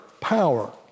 power